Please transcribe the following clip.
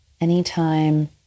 anytime